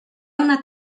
una